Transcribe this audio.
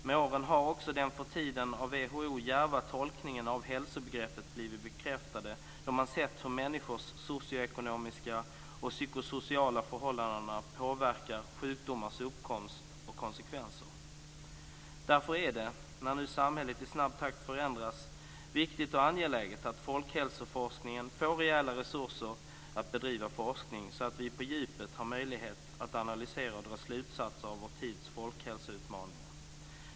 Med åren har också den för tiden av WHO djärva tolkningen av hälsobegreppet blivit bekräftad då man har sett hur människors socioekonomiska och psykosociala förhållanden påverkar sjukdomars uppkomst och konsekvenser. Därför är det, när nu samhället i snabb takt förändras, viktigt och angeläget att folkhälsoforskningen får rejäla resurser så att man kan bedriva forskning, så att vi på djupet har möjlighet att analysera och dra slutsatser av vår tids folkhälsoutmaningar.